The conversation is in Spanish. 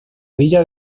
villa